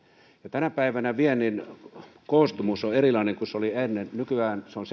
tänä päivänä viennin koostumus on erilainen kuin se oli ennen nykyään se on